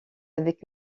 avec